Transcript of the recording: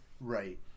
right